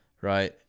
Right